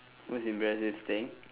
most impressive thing